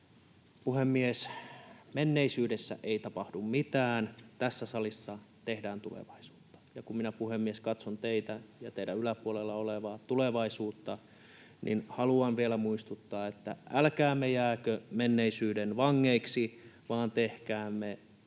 Puhemies! Menneisyydessä ei tapahdu mitään. Tässä salissa tehdään tulevaisuutta, ja kun minä, puhemies, katson teitä ja teidän yläpuolellanne olevaa tulevaisuutta, [Puhuja viittaa istuntosalin Tulevaisuus-patsaaseen] niin haluan vielä muistuttaa, että älkäämme jääkö menneisyyden vangeiksi, vaan tehkäämme